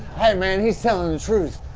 hey, man, he's telling the truth.